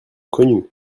connus